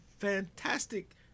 fantastic